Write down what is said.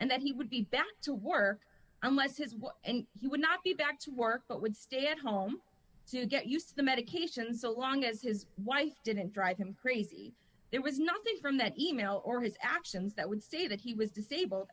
and that he would be back to work unless his wife and he would not be back to work but would stay at home to get used to the medication so long as his wife didn't drive him crazy there was nothing from that email or his actions that would state that he was disabled